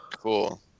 cool